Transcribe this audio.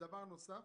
דבר נוסף,